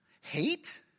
Hate